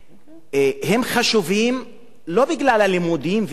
חשובים לא בגלל הלימודים והתואר